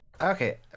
Okay